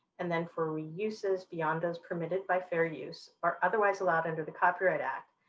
and then for reuses beyond those permitted by fair use are otherwise allowed under the copyright act.